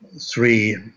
three